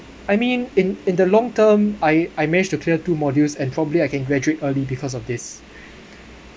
I mean in in the long term I I managed to clear two modules and probably I can graduate early because of this